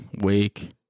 Wake